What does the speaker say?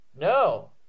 No